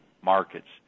markets